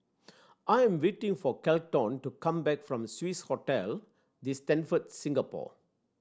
I am waiting for Kelton to come back from Swissotel The Stamford Singapore